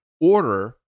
order